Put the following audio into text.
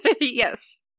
Yes